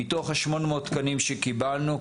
מתוך ה-800 תקנים שקיבלנו,